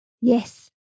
Yes